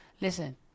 Listen